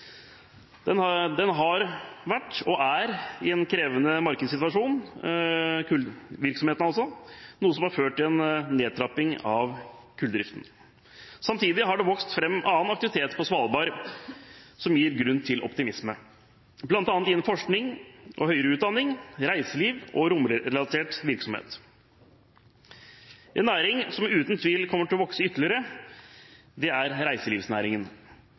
har vært og er i en krevende markedssituasjon, noe som har ført til en nedtrapping av kulldriften. Samtidig har det vokst fram annen aktivitet på Svalbard, som gir grunn til optimisme, bl.a. innen forskning og høyere utdanning, reiseliv og romrelatert virksomhet. En næring som uten tvil kommer til å vokse ytterligere, er reiselivsnæringen.